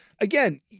again